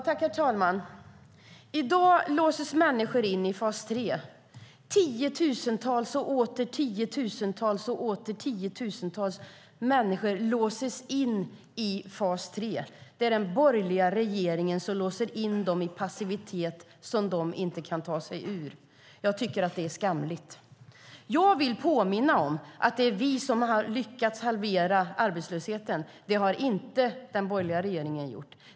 Herr talman! I dag låses människor in i fas 3. Tiotusentals och åter tiotusentals människor låses in i fas 3. Det är den borgerliga regeringen som låser in dem i passivitet, som de inte kan ta sig ur. Jag tycker att det är skamligt. Jag vill påminna om att det är vi som har lyckats halvera arbetslösheten. Det har inte den borgerliga regeringen gjort.